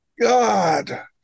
God